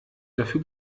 dafür